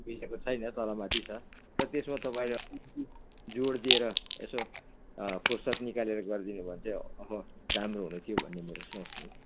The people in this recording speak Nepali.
मिलेको छैन तल माथि छ र त्यसमा तपाईँले अलिकति जोड दिएर यसो फुर्सद निकालेर गरिदिनु भयो भने चाहिँ अब राम्रो हुनेथियो भन्ने मेरो सोच नि